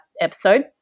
episode